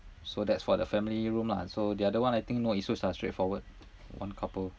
so that's for the family room lah so the other one I think no issues ah straightforward one couple